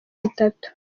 bitatu